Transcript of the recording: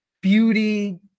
Beauty